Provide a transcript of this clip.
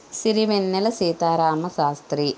Sirivennela Sitaramasastri